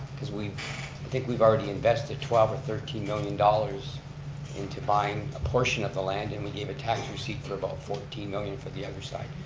because i think we've already invested twelve or thirteen million dollars into buying a portion of the land, and we gave a tax receipt for about fourteen million for the other side.